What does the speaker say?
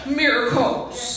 miracles